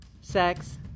sex